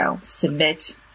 submit